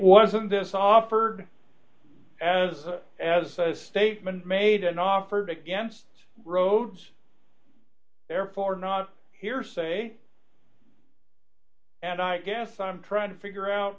wasn't this offered as as as statement made an offer to against rhodes therefore not hearsay and i guess i'm trying to figure out